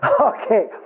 Okay